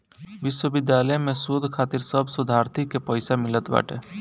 विश्वविद्यालय में शोध खातिर सब शोधार्थीन के पईसा मिलत बाटे